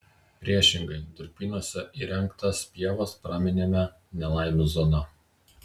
priešingai durpynuose įrengtas pievas praminėme nelaimių zona